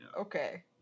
Okay